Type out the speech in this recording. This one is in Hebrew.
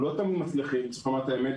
אנחנו לא תמיד מצליחים, צריך לומר את האמת.